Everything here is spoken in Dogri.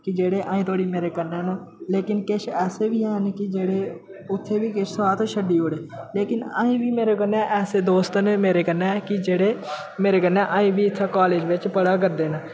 कि जेह्ड़े अजें धोड़ी मेरे कन्नै लेकिन किश ऐसे बी हैन कि जेह्ड़े उत्थें बी किस साथ छड्डी ओड़े लेकिन अजें बी मेरे कन्नै ऐसे दोस्त न मेरे कन्नै कि जेह्ड़े मेरे कन्नै अजें बी इत्थै कालेज बिच्च पढ़ा करदे न